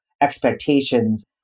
expectations